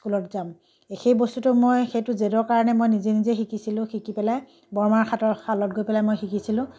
স্কুলত যাম সেই বস্তুটো মই সেইটো জেদৰ কাৰণে মই নিজে নিজে শিকিছিলোঁ শিকি পেলাই বৰমাহাঁতৰ শালত গৈ পেলাই মই শিকিছিলোঁ